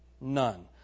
None